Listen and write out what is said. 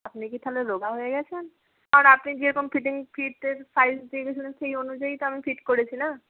আপনি কি তাহলে রোগা হয়ে গেছেন কারণ আপনি যেরকম ফিটিং ফিটের সাইজ দিয়ে গিয়েছিলেন সেই অনুযায়ীই তো আমি ফিট করেছি না